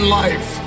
life